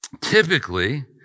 Typically